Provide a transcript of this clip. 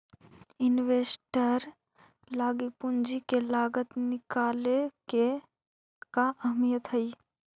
Investor लागी पूंजी के लागत निकाले के का अहमियत हई?